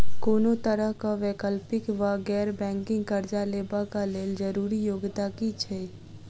कोनो तरह कऽ वैकल्पिक वा गैर बैंकिंग कर्जा लेबऽ कऽ लेल जरूरी योग्यता की छई?